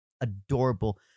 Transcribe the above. adorable